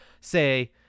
say